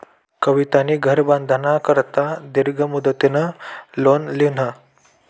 कवितानी घर बांधाना करता दीर्घ मुदतनं लोन ल्हिनं